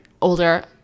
older